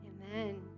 Amen